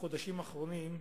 בחודשים האחרונים,